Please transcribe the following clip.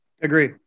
Agree